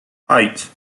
eight